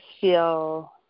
feel